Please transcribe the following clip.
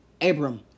Abram